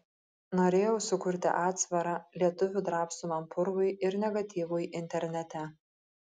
norėjau sukurti atsvarą lietuvių drabstomam purvui ir negatyvui internete